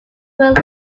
were